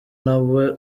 nawe